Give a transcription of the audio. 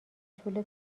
طول